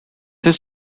his